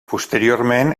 posteriorment